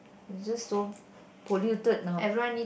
it just so polluted now